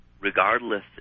regardless